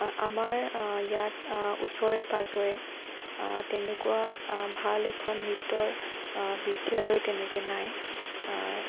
আমাৰ ইয়াত ওচৰে পাঁজৰে তেনেকুৱা ভাল এখন নৃত্যৰ বিদ্যালয় তেনেকৈ নাই